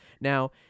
Now